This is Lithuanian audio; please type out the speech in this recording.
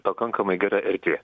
pakankamai gera erdvė